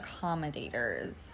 accommodators